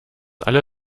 alle